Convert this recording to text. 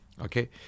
okay